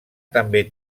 també